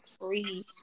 free